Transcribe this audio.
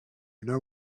know